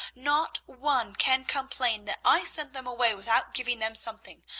not one can complain that i sent them away without giving them something.